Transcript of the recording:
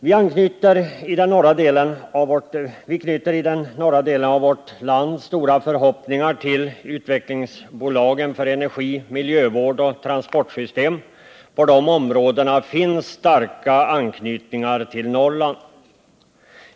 Vi knyter i den norra delen av vårt land stora förhoppningar till utvecklingsbolagen för energi, miljövård och transportsystem. På de områdena finns starka anknytningar till Norrland.